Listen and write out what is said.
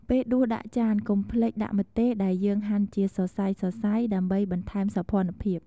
ពេលដួសដាក់ចាន កុំភ្លេចដាក់ម្ទេសដែលយើងហាន់ជាសរសៃៗ ដើម្បីបន្ថែមសោភ័ណភាព។